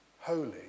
holy